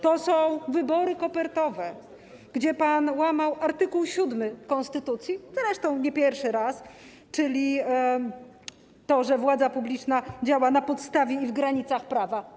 To są wybory kopertowe, gdy łamał pan art. 7 konstytucji, zresztą nie pierwszy raz, mówiący, że władza publiczna działa na podstawie i w granicach prawa.